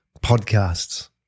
podcasts